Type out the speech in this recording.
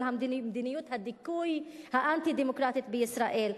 מדיניות הדיכוי האנטי-דמוקרטית בישראל?